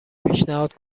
پیشنهاد